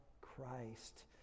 Christ